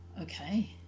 okay